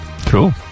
cool